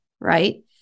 Right